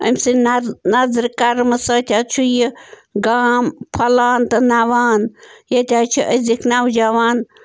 أمۍ سٔنٛد نر نظرِ کَرٕمہٕ سۭتۍ حظ چھُ یہِ گام پھۄلان تہٕ نَوان ییٚتہِ حظ چھِ أزیِکۍ نوجوان